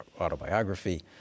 autobiography